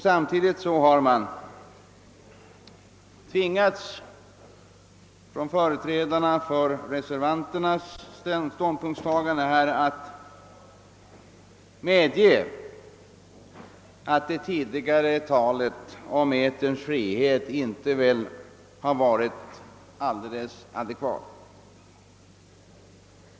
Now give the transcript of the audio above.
Samtidigt har de som intar reservanternas ståndpunkt «tvingats medge att det tidigare talet om eterns frihet inte varit alldeles adekvat.